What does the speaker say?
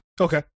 Okay